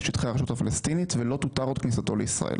לשטחי הרשות הפלסטינית ולא תותר עוד כניסתו לישראל.